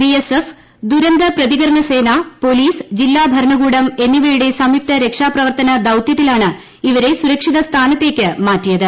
B S F ദുരന്ത പ്രതീകൂരണ് സേന പൊലീസ് ജില്ലാ ഭരണകൂടം എന്നവയുട്ടു സംയുക്ത രക്ഷാപ്രവർത്തന ദൌത്യത്തിലാണ് ഇവരെ സ്കൂർക്ഷിത സ്ഥാനത്തേക്ക് മാറ്റിയത്